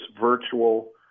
virtual